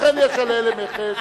לכן יש על אלה מכס,